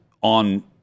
on